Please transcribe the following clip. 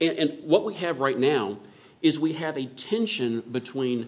and what we have right now is we have a tension between